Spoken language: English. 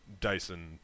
Dyson